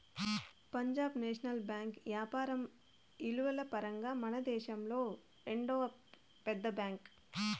పంజాబ్ నేషనల్ బేంకు యాపారం ఇలువల పరంగా మనదేశంలో రెండవ పెద్ద బ్యాంక్